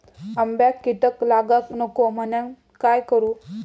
आंब्यक कीड लागाक नको म्हनान काय करू?